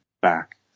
back